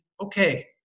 okay